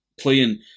playing